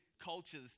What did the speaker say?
cultures